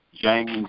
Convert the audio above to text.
James